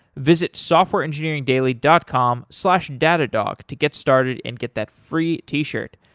visit softwareengineeringdaily dot com slash datadog to get started and get that free t-shirt.